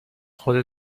خودت